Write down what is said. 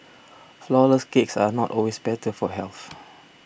Flourless Cakes are not always better for health